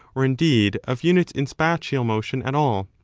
or indeed of units in spatial motion at all?